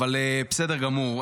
אבל בסדר גמור.